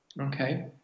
okay